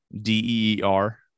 d-e-e-r